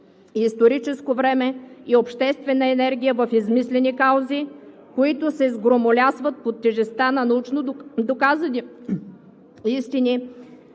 историческо време и обществена енергия в измислени каузи, които се сгромолясват под тежестта на научно доказани истини